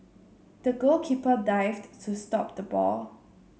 the goalkeeper dived to stop the ball